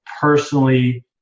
personally